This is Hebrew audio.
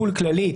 חו"ל כללי,